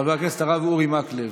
חבר הכנסת הרב אורי מקלב.